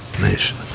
nation